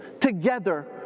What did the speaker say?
together